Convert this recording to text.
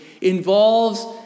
involves